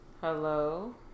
Hello